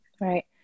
Right